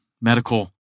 medical